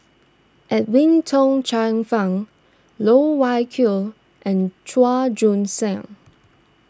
Edwin Tong Chun Fai Loh Wai Kiew and Chua Joon Siang